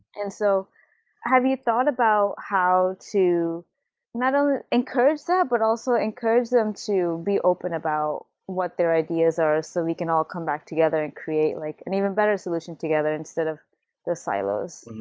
and so have you thought about how to not only encourage that, but also encourage them to be open about what their ideas are so we can all come back together and create like an even better solution together instead of the silos?